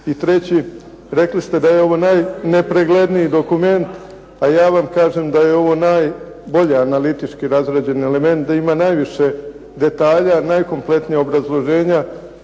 I treći, rekli ste da je ovo najnepregledniji dokument. A ja vam kažem da je ovo najbolje analitički razrađen element, da ima najviše detalja, najkompletnijih obrazloženja.